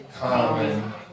Common